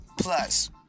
plus